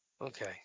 Okay